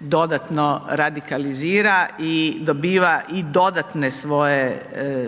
dodatno radikalizira i dobiva i dodatne svoje